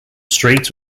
street